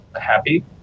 happy